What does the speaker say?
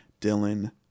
Dylan